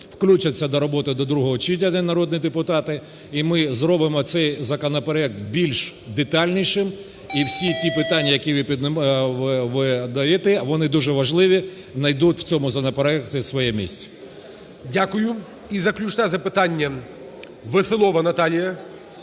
включаться до роботи до другого читання, народні депутати, і ми зробимо цей законопроект більш детальнішим. І всі ті питання, які ви даєте, вони дуже важливі, найдуть в цьому законопроекті своє місце. ГОЛОВУЮЧИЙ. Дякую. І заключне запитання. Веселова Наталія,